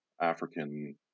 African